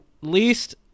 least